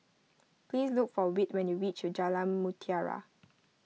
please look for Whit when you reach Jalan Mutiara